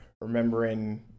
remembering